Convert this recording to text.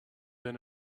been